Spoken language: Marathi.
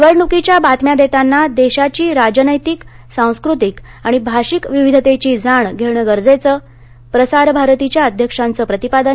निवडणुकीच्या बातम्या देताना देशाची राजनैतिक सांस्कृतिक आणि भाषिक विविधतेची जाण घेणं गरजेचं प्रसार भारतीच्या अध्यक्षांचं प्रतिपादन